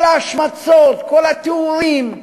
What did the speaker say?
כל ההשמצות, כל התיאורים,